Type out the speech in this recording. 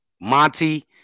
Monty